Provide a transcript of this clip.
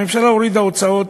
הממשלה הורידה הוצאות